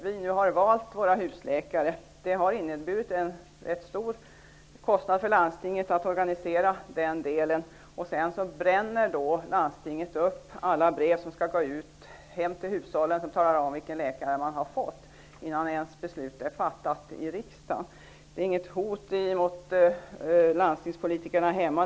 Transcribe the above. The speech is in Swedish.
Vi har nu valt våra husläkare. Det har inneburit en ganska stor kostnad för landstinget att organisera den delen. Sedan bränner landstinget upp alla brev som skall gå ut till hushållen och tala om vilken läkare man har fått innan beslutet ens är fattat i riksdagen. Det är inget hot emot landstingspolitikerna hemma.